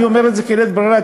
אני אומר בלית ברירה,